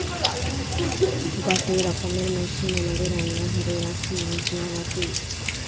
গটে রকমের মেশিন আমাদের রান্না ঘরে রাখি মসলা বাটে